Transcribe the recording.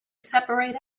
separate